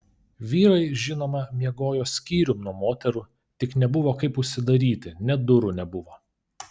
vyrai žinoma miegojo skyrium nuo moterų tik nebuvo kaip užsidaryti net durų nebuvo